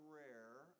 rare